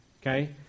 okay